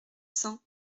cent